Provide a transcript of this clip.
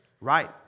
Right